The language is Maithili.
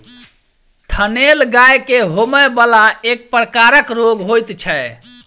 थनैल गाय के होमय बला एक प्रकारक रोग होइत छै